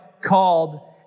called